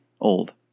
old